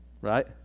right